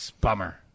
bummer